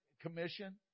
Commission